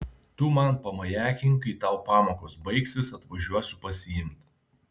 tu man pamajakink kai tau pamokos baigsis atvažiuosiu pasiimt